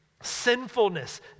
sinfulness